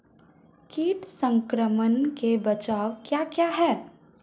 कीट संक्रमण के बचाव क्या क्या हैं?